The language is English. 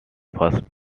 first